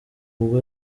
ubwo